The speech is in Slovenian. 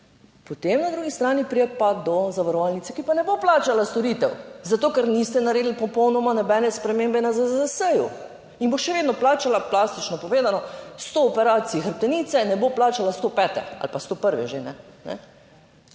Potem na drugi strani pride pa do zavarovalnice, ki pa ne bo plačala storitev zato, ker niste naredili popolnoma nobene spremembe na ZZZS in bo še vedno plačala, plastično povedano, sto operacij hrbtenice, ne bo plačala 105. ali pa 101. Pa